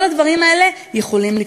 כל הדברים האלה יכולים לקרות.